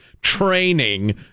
training